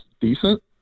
decent